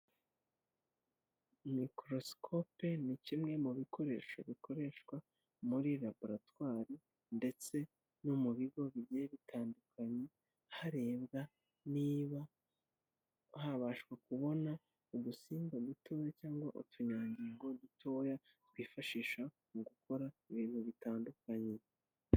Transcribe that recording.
Mikorosikope ni kimwe mu bikoresho bikoreshwa muri laboratwari ndetse no mu bigo bigiye bitandukanye, harebwa niba habashwa kubona udusimba dutoya cyangwa utunyangingo dutoya twifashisha mu gukora ibintu bitandukanye.